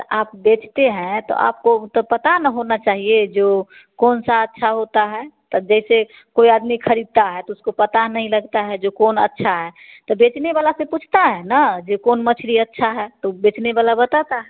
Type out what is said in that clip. तो आप बेचते हैं तो आपको तो पता ना होना चाहिए जो कौन सा अच्छा होता है तब जैसे कोई आदमी ख़रीदता है तो उसको पता नहीं लगता है जे कौन अच्छा है तो बेचने वाला से पूछता है ना जे कौन मछली अच्छा है तो बेचने वाला बताता है